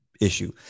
issue